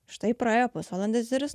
štai praėjo pusvalandis ir jis